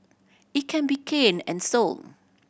it can be canned and sold